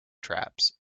traps